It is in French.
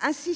Ah oui !